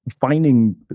finding